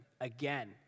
again